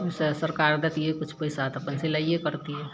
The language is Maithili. उसे सरकार दैतियै किछु पैसा तऽ अपन सिलाइये करतियै